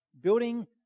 Building